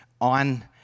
on